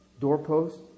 doorpost